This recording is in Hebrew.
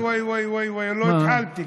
וואי וואי וואי לא התחלתי.